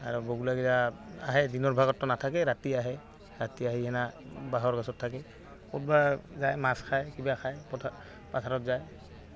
আৰু বগলাগিলা আহে দিনৰ ভাগততো নাথাকে ৰাতি আহে ৰাতি আহি কেনা বাঁহৰ গাছত থাকে ক'ত বা যায় মাছ খায় কিবা খায় পথাৰ পাথাৰত যায়